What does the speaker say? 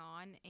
on